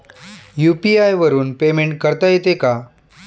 UPI वरून payment करता येते का?